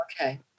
Okay